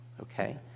okay